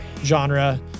genre